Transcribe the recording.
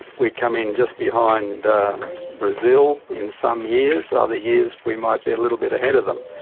we come in just behind brazil in some years, other years we might be a little bit ahead of them.